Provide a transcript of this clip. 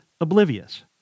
oblivious